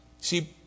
See